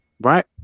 right